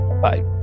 Bye